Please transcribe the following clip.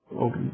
Okay